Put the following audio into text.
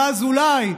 ואז אולי,